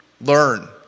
Learn